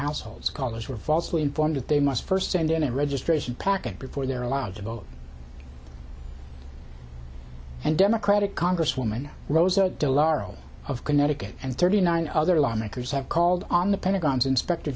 households callers were falsely informed that they must first and then a registration packet before they're allowed to vote and democratic congresswoman rosa de lauro of connecticut and thirty nine other lawmakers have called on the pentagon's inspector